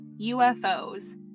UFOs